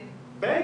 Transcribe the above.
מצטיין,